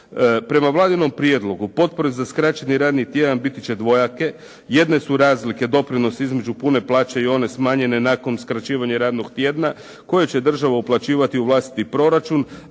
Prema Vladinom prijedlogu potpore za skraćeni radni tjedan biti će dvojake. Jedne su razlike doprinos između pune plaće i one smanjene nakon skraćivanja radnog tjedna koje će država uplaćivati u vlastiti proračun,